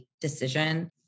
decision